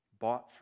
bought